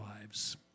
lives